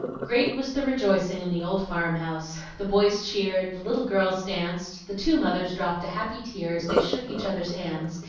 great was the rejoicing in the old farm-house the boys cheered, the little girls danced, the two mothers dropped a happy tear as they shook each other's hands,